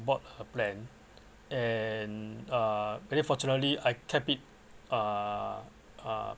bought a plan and uh very fortunately I kept it uh uh